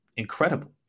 Incredible